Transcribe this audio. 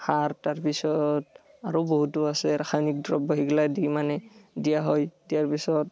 সাৰ তাৰপিছত আৰু বহুতো আছে ৰাসায়নিক দ্ৰব্য সেইগিলা দি মানে দিয়া হয় তাৰপিছত